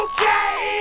Okay